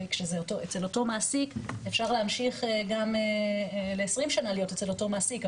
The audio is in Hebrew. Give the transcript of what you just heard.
הרי כשזה אצל אותו מעסיק אפשר להמשיך גם ל-20 שנה להיות אצל אותו מעסיק,